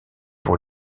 pour